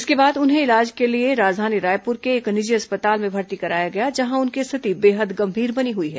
इसके बाद उन्हें इलाज के लिए राजधानी रायपुर के एक निजी अस्पताल में भर्ती कराया गया जहां उनकी स्थिति बेहद गंभीर बनी हुई है